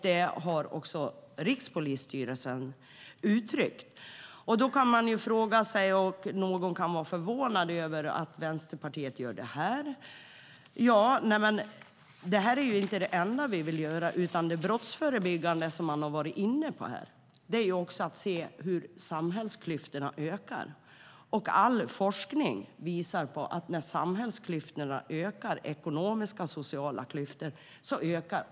Detta har också Rikspolisstyrelsen uttryckt. Någon kan vara förvånad över Vänsterpartiets agerande här. Men det här är inte det enda vi vill göra, utan det brottsförebyggande arbetet som vi varit inne på här inbegriper också att titta på hur samhällsklyftorna ökar. All forskning visar att kriminaliteten ökar när samhällsklyftorna - de ekonomiska och de sociala klyftorna - ökar.